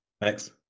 Thanks